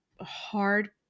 hard